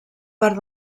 part